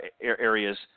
areas